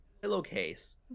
pillowcase